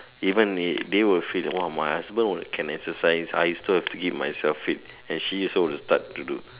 even if they will feel !wah! my husband will can exercise I still have to keep myself fit and she will start to do